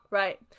right